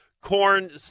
Corn